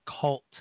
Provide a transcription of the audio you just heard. cult